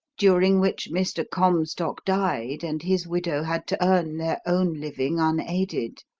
during which mr. comstock died and his widow had to earn their own living unaided.